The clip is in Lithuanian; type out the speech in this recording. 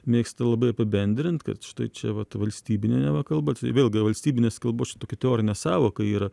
mėgsta labai apibendrint kad štai čia vat valstybinė neva kalba tai vėlgi valstybinės kalbos čia tokia teorinė sąvoka yra